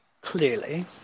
Clearly